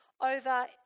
Over